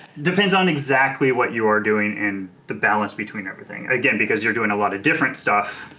depends on exactly what you are doing and the balance between everything. again, because you're doing a lot of different stuff,